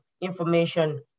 information